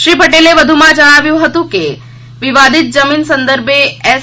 શ્રી પટેલે વધુમાં જણાવ્યું હતું કે વિવાદિત જમીન સંદર્ભે એસ